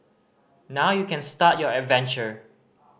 now you can start your adventure